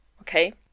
Okay